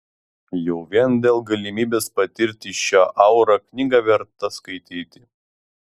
jau vien dėl galimybės patirti šią aurą knygą verta skaityti